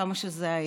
כמה שזה היה.